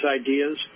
ideas